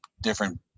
different